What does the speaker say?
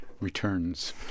Returns